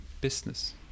business